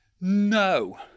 No